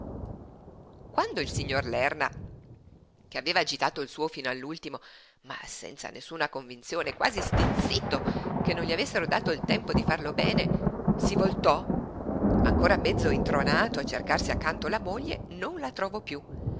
quando il signor lerna che aveva agitato il suo fino all'ultimo ma senza nessuna convinzione quasi stizzito che non gli avessero dato il tempo di farlo bene si voltò ancora mezzo intronato a cercarsi accanto la moglie non la trovò piú